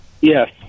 yes